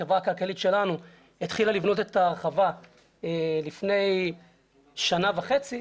החברה הכלכלית שלנו התחילה לבנות את ההרחבה לפני שנה וחצי,